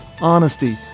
honesty